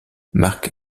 mark